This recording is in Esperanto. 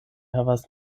havas